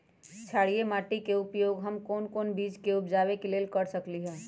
क्षारिये माटी के उपयोग हम कोन बीज के उपजाबे के लेल कर सकली ह?